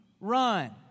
run